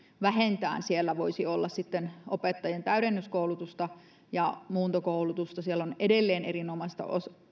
vähintään siellä voisi olla sitten opettajien täydennyskoulutusta ja muuntokoulutusta siellä on edelleen erinomaista